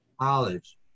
college